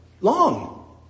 Long